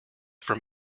from